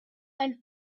and